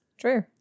True